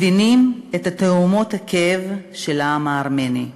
מבינים את תהומות הכאב של העם הארמני.